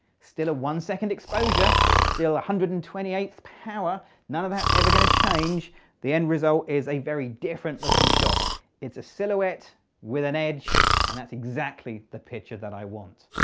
still a one second exposure still one hundred and twenty eight power now that ever gonna change the end result is a very different looking shot it's a silhouette with an age and that exactly the picture that i want